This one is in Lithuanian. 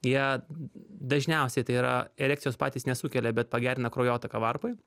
jie dažniausiai tai yra erekcijos patys nesukelia bet pagerina kraujotaką varpoj